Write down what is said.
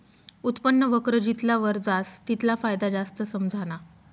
उत्पन्न वक्र जितला वर जास तितला फायदा जास्त समझाना